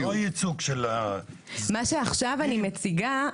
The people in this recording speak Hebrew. מה שעכשיו אני מציגה,